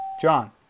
John